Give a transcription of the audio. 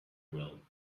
well